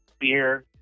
beer